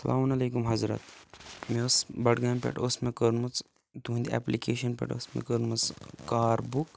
سَلامُن علیکُم حَضرَت مےٚ ٲس بَڈگامہِ پیٹھ اوس مےٚ کٔرمٕژ تُہنٛدِ ایٚپلِکیشنہِ پیٹھٕ ٲس مےٚ کٔرمٕژ کار بُک